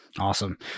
awesome